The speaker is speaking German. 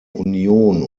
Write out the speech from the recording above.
union